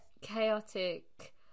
chaotic